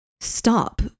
stop